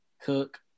cook